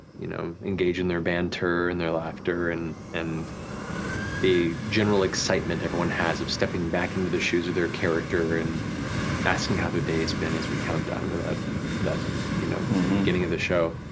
you know engage in their banter and their laughter, and and the general excitement everyone has of stepping back into the shoes of their character and asking how their day has been as we count down and to the you know beginning of the show,